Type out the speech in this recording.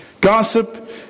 Gossip